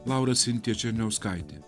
laura sintija černiauskaitė